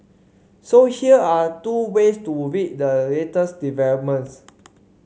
so here are two ways to read the latest developments